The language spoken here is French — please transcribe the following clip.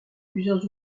plusieurs